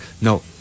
No